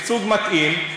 ייצוג מתאים,